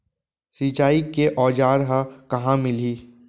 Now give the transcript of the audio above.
सिंचाई के औज़ार हा कहाँ मिलही?